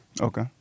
Okay